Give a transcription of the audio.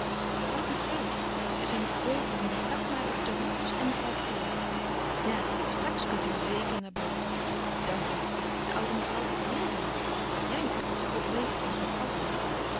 dag mevrouw er zijn boven meneer takma dokter roelofsz en mevrouw floor ja straks kan u zèker naar boven dank u de oude mevrouw is heel wel ja ja ze overleeft ons nog allemaal